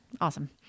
Awesome